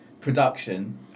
production